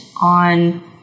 on